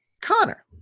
Connor